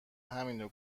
همینو